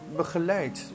begeleid